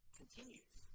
continues